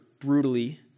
brutally